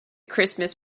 christmas